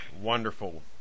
Wonderful